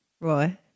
Roy